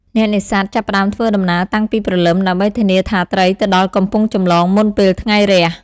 អ្នកនេសាទ ចាប់ផ្តើមធ្វើដំណើរតាំងពីព្រលឹម ដើម្បីធានាថាត្រីទៅដល់កំពង់ចម្លងមុនពេលថ្ងៃរះ។